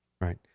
Right